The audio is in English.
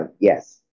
yes